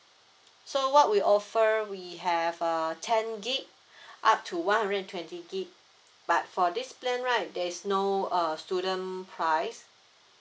so what we offer we have uh ten gigabytes up to one hundred and twenty gigabytes but for this plan right there's no uh student price